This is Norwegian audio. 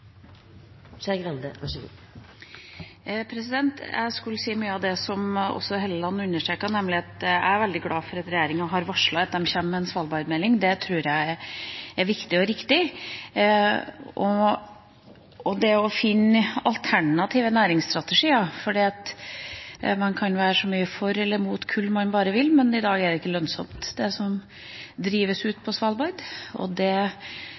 så jeg vil ikke stemme for det forslaget i dag. Jeg skulle si mye av det som også Helleland understreket. Jeg er også veldig glad for at regjeringa har varslet at de kommer med en svalbardmelding. Det tror jeg er viktig og riktig, også for å finne alternative næringsstrategier. For man kan være så mye for eller imot kull man bare vil, men i dag er det ikke lønnsomt det som drives ut på Svalbard, og det